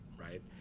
right